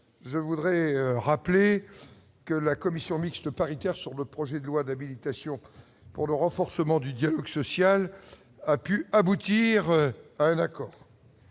je voudrais rappeler que la commission mixte paritaire sur le projet de loi d'habilitation pour le renforcement du dialogue social, a pu aboutir à un accord